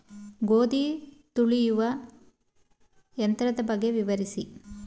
ಗೋಧಿ ತುಳಿಯುವ ಯಂತ್ರದ ಬಗ್ಗೆ ವಿವರಿಸಿ?